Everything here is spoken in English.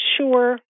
sure